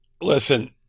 Listen